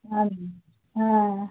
আর কী হ্যাঁ হ্যাঁ